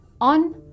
on